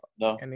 No